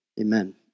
amen